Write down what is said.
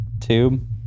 Tube